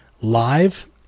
live